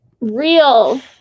real